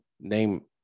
Name